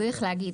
צריך להגיד,